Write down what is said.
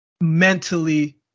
mentally